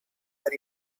that